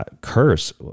curse